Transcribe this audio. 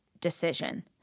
decision